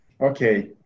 Okay